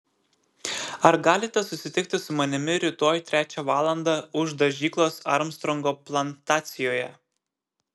ar galite susitikti su manimi rytoj trečią valandą už dažyklos armstrongo plantacijoje